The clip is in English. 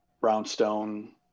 Brownstone